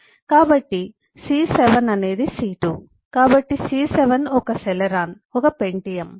కాబట్టి C7 అనేది C2 కాబట్టి C7 ఒక సెలెరాన్ ఒక పెంటియమ్